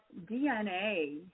DNA